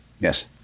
Yes